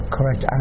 Correct